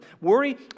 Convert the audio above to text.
Worry